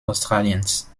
australiens